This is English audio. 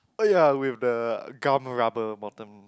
oh ya which the gum rubber bottom